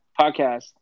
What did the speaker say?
Podcast